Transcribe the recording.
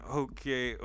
okay